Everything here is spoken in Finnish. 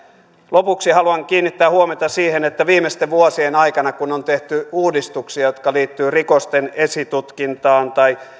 lopuksi haluan kiinnittää huomiota siihen että viimeisten vuosien aikana kun on tehty uudistuksia jotka liittyvät rikosten esitutkintaan tai